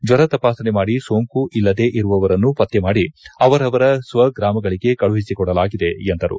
ಜ್ವರ ತಪಾಸಣೆ ಮಾಡಿ ಸೋಂಕು ಇಲ್ಲದೇ ಇರುವವರನ್ನು ಪತ್ತೆ ಮಾಡಿ ಅವರವರ ಸ್ವಗ್ರಾಮಗಳಿಗೆ ಕಳುಹಿಸಿಕೊಡಲಾಗಿದೆ ಎಂದರು